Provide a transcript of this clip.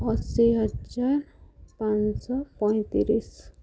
ଅଶୀ ହଜାର ପାଞ୍ଚଶହ ପଇଁତିରିଶି